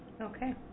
Okay